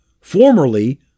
Formerly